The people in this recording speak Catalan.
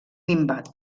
minvat